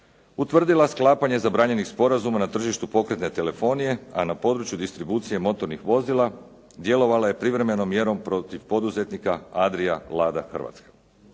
utvrdila sklapanje zabranjenih sporazuma na tržištu pokretne telefonije a na području distribucije motornih vozila djelovanja je privremenom mjerom protiv poduzetnika Adria Lada Hrvatska.